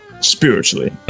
spiritually